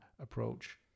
approach